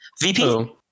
VP